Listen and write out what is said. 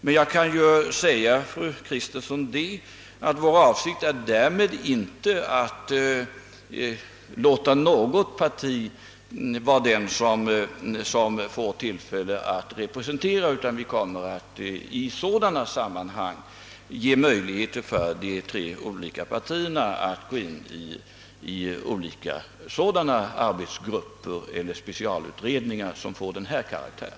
Men jag kan säga fru Kristensson att vår avsikt inte är att i liknande sammanhang ge ett enda parti tillfälle att representera, utan vi kommer i sådana utredningar att ge de tre olika partierna möjlighet att medverka i olika arbetsgrupper eller specialutredningar som får denna karaktär.